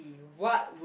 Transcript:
what